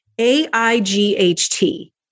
A-I-G-H-T